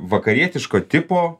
vakarietiško tipo